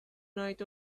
night